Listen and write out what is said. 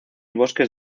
bosques